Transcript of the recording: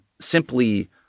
simply